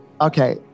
Okay